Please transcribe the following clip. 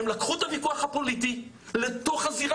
הם לקחו את הוויכוח הפוליטי לתוך הזירה